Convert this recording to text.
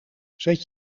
zet